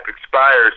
expires